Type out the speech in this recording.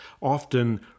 Often